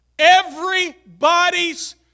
everybody's